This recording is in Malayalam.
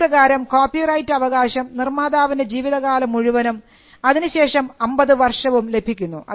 അതുപ്രകാരം കോപ്പി റൈറ്റ് അവകാശം നിർമ്മാതാവിൻറെ ജീവിതകാലം മുഴുവനും അതിനുശേഷം 50 വർഷവും ലഭിക്കുന്നു